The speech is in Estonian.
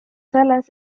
selles